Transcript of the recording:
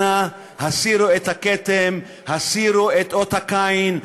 אנא הסירו את הכתם, הסירו את אות הקין.